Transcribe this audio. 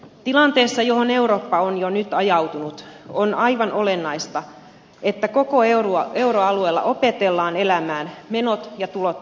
tilanteessa johon eurooppa on jo nyt ajautunut on aivan olennaista että koko euroalueella opetellaan elämään menot ja tulot tasapainossa